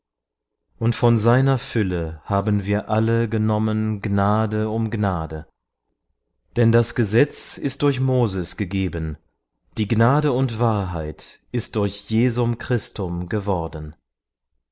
und von seiner fülle haben wir alle genommen gnade um gnade denn das gesetz ist durch moses gegeben die gnade und wahrheit ist durch jesum christum geworden